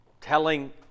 telling